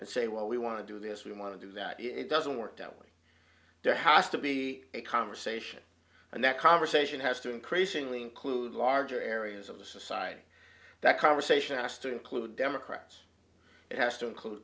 and say well we want to do this we want to do that it doesn't work telling there has to be a conversation and that conversation has to increasingly include larger areas of the society that conversation has to include democrats it has to include